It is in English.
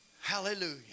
Hallelujah